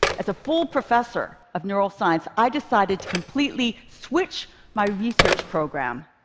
as a full professor of neural science, i decided to completely switch my research program.